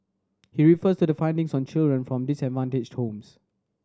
he refers to the findings on children from disadvantaged homes